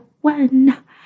one